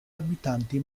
abitanti